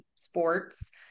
sports